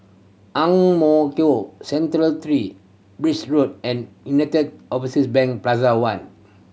Ang Mo Kio Central Three Birch Road and United Overseas Bank Plaza One